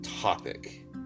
Topic